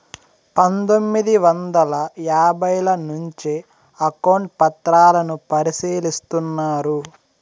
పందొమ్మిది వందల యాభైల నుంచే అకౌంట్ పత్రాలను పరిశీలిస్తున్నారు